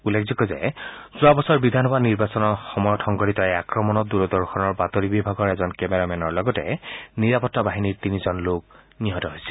উল্লেখযোগ্য যে যোৱা বছৰ বিধানসভা নিৰ্বাচনৰ সময়ত সংঘতিত আক্ৰমত দূৰদৰ্শনৰ বাতৰি বিভাগৰ এজন কেমেৰামেনৰ লগতে তিনিজন নিৰাপত্তাবাহিনীৰ লোক নিহত হৈছিল